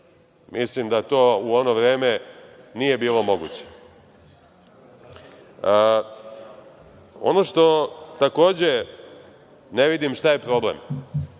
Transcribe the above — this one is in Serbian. Mislim da to u ono vreme nije bilo moguće. Ono što takođe ne vidim šta je problem,